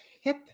hit